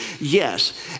Yes